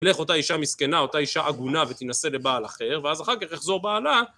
תלך אותה אישה מסכנה, אותה אישה עגונה, ותינשא לבעל אחר, ואז אחר כך יחזור בעלה...